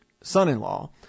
son-in-law